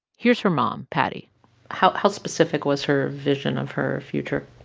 here's her mom, patty how how specific was her vision of her future?